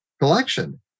collection